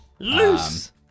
Loose